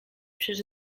przez